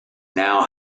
now